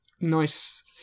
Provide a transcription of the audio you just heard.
nice